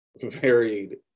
varied